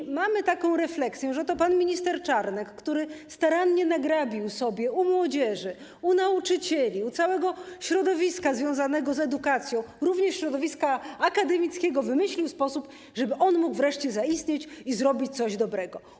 I mamy taką refleksję, że to pan minister Czarnek, który starannie nagrabił sobie u młodzieży, u nauczycieli, u całego środowiska związanego z edukacją, również środowiska akademickiego, wymyślił sposób, żeby wreszcie on mógł zaistnieć i zrobić coś dobrego.